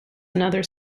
another